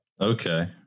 Okay